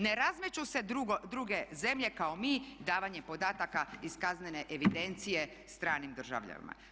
Ne razmeću se druge zemlje kao mi davanjem podataka iz kaznene evidencije stranim državljanima.